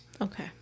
Okay